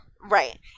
Right